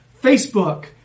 Facebook